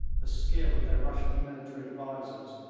the skill of their russian military advisers,